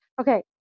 Okay